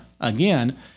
again